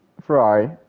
Ferrari